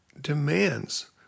demands